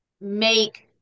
make